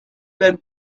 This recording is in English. been